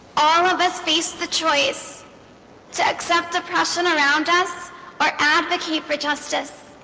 all of us face the choice to accept depression around us or advocate for justice